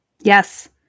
Yes